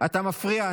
אתה מפריע.